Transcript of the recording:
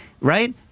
right